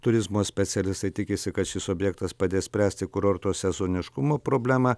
turizmo specialistai tikisi kad šis objektas padės spręsti kurorto sezoniškumo problemą